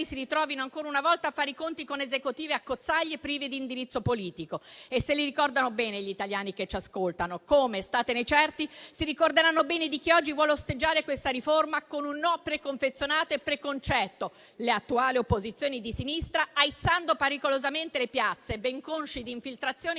si ritrovino ancora una volta a fare i conti con Esecutivi accozzaglia, privi di indirizzo politico, che si ricordano bene gli italiani che ci ascoltano. Come - statene certi - si ricorderanno bene di chi oggi vuole osteggiare questa riforma con un no preconfezionato e preconcetto, le attuali opposizioni di sinistra, aizzando pericolosamente le piazze, ben consci di infiltrazioni